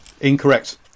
incorrect